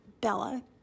bella